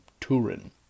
Turin